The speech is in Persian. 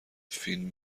فین